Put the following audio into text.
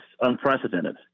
unprecedented